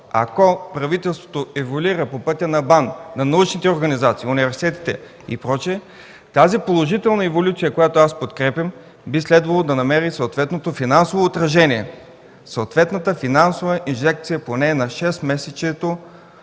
Ако правителството еволюира по отношение на БАН, на научните организации, на университетите и прочие, тази положителна еволюция, която аз подкрепям, би следвало да намери съответното финансово отражение, съответната финансова инжекция – поне на шестмесечието,